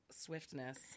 swiftness